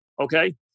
okay